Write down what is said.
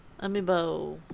Amiibo